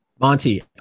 Monty